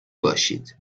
باشید